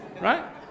Right